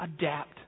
adapt